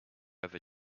ever